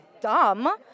dumb